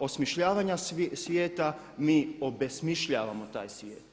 osmišljavanja svijeta mi obesmišljavamo taj svijet.